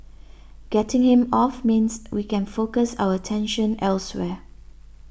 getting him off means we can focus our attention elsewhere